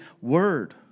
Word